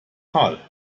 tal